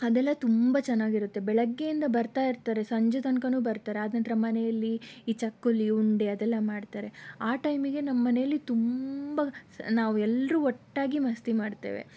ಅದೆಲ್ಲ ತುಂಬ ಚೆನ್ನಾಗಿರತ್ತೆ ಬೆಳಗ್ಗೆಯಿಂದ ಬರ್ತಾ ಇರ್ತಾರೆ ಸಂಜೆ ತನಕನೂ ಬರ್ತಾರೆ ಆದ ನಂತರ ಮನೆಯಲ್ಲಿ ಈ ಚಕ್ಕುಲಿ ಉಂಡೆ ಅದೆಲ್ಲ ಮಾಡ್ತಾರೆ ಆ ಟೈಮಿಗೆ ನಮ್ಮ ಮನೆಯಲ್ಲಿ ತುಂಬ ನಾವೆಲ್ಲರೂ ಒಟ್ಟಾಗಿ ಮಸ್ತಿ ಮಾಡ್ತೇವೆ